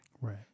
Right